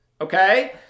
okay